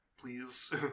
please